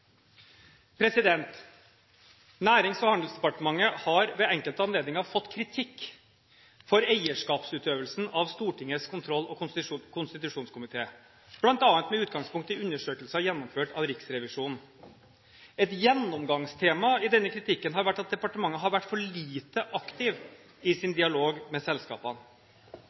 Nærings- og handelsdepartementet har ved enkelte anledninger fått kritikk for eierskapsutøvelsen av Stortingets kontroll- og konstitusjonskomité, bl.a. med utgangspunkt i undersøkelser gjennomført av Riksrevisjonen. Et gjennomgangstema i denne kritikken har vært at departementet har vært for lite aktiv i sin dialog med selskapene.